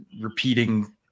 repeating